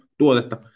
tuotetta